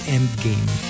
Endgame